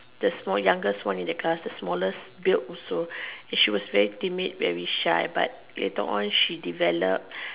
the small youngest one in the class the smallest build also she was very timid very shy but later on she developed